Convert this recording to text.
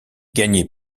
gagné